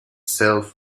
self